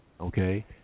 okay